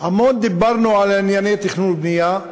דיברנו המון על ענייני תכנון ובנייה,